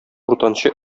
уртанчы